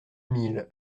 mille